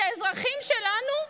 את האזרחים שלנו?